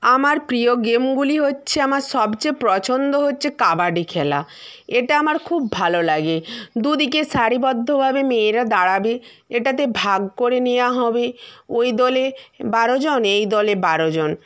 আমার প্রিয় গেমগুলি হচ্ছে আমার সবচেয়ে প্রছন্দ হচ্ছে কাবাডি খেলা এটা আমার খুব ভালো লাগে দুদিকে সারিবদ্ধভাবে মেয়েরা দাঁড়াবে এটাতে ভাগ করে নেয়া হবে ওই দলে বারোজন এই দলে বারোজন